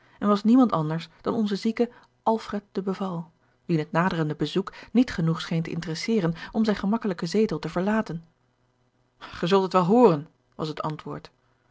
en was niemand anders dan onze zieke alfred de beval wien het naderende bezoek niet genoeg scheen te interesseren om zijn gemakkelijken zetel te verlaten ge zult het wel hooren was het antwoord